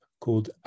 called